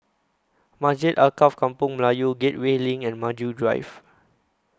Masjid Alkaff Kampung Melayu Gateway LINK and Maju Drive